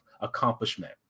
accomplishment